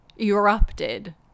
erupted